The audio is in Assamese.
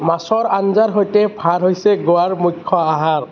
মাছৰ আঞ্জাৰ সৈতে ভাত হৈছে গোৱাৰ মুখ্য আহাৰ